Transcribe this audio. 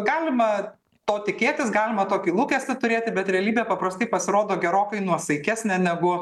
galima to tikėtis galima tokį lūkestį turėti bet realybė paprastai pasirodo gerokai nuosaikesnė negu